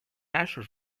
taches